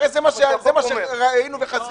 הרי זה מה שראינו וחזינו.